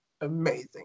amazing